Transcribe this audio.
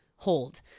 hold